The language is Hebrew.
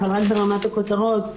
אבל רק ברמת הכותרות: